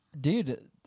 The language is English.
Dude